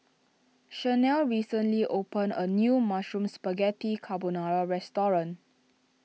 Shanelle recently opened a new Mushroom Spaghetti Carbonara restaurant